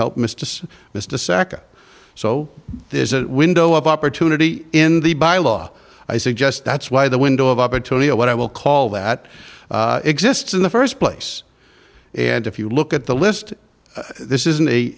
help mistress miss de sac so there's a window of opportunity in the bylaw i suggest that's why the window of opportunity or what i will call that exists in the first place and if you look at the list this isn't a